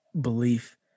belief